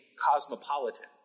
cosmopolitan